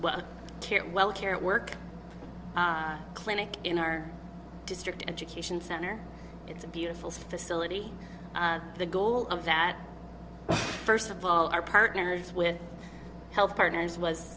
well carrot work clinic in our district education center it's a beautiful facility the goal of that first of all our partners with health partners was